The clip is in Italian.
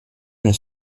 nel